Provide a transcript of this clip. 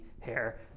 hair